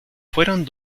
fueron